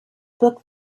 book